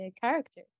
character